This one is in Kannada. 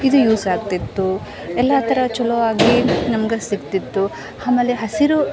ಇದು ಯೂಸ್ ಆಗ್ತಿತ್ತು ಎಲ್ಲ ಥರ ಚಲೋ ಆಗಿ ನಮ್ಗೆ ಸಿಗ್ತಿತ್ತು ಆಮೇಲೆ ಹಸಿರು